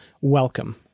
Welcome